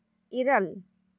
ᱤᱨᱟᱹᱞ